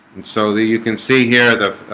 and so that you can see here the